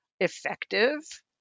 effective